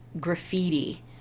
graffiti